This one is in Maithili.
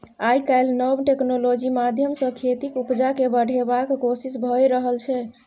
आइ काल्हि नब टेक्नोलॉजी माध्यमसँ खेतीक उपजा केँ बढ़ेबाक कोशिश भए रहल छै